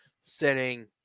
sitting